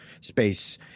space